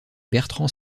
bertrand